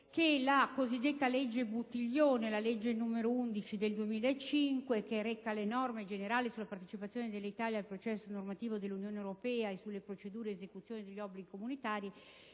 che la cosiddetta legge Buttiglione, cioè la legge n. 11 del 2005 - che reca le norme generali sulla partecipazione dell'Italia al processo normativo dell'Unione europea e sulle procedure di esecuzione degli obblighi comunitari